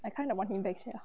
I kind of want him back sia